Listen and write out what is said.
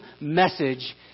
message